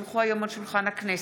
כי הונחו היום על שולחן הכנסת,